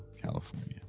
California